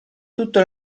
tutto